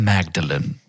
Magdalene